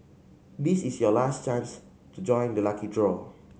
this is your last chance to join the lucky draw